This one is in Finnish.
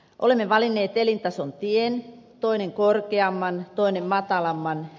olemme valinneet elintason tien toinen korkeamman toinen matalamman